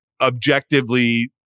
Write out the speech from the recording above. objectively